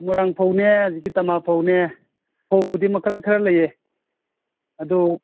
ꯃꯣꯏꯔꯥꯡ ꯐꯧꯅꯦ ꯍꯧꯖꯤꯛꯀꯤ ꯇꯥꯃꯥ ꯐꯧꯅꯦ ꯐꯧꯕꯨꯗꯤ ꯃꯈꯜ ꯈꯔ ꯂꯩꯌꯦ ꯑꯗꯣ